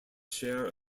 share